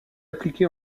appliqué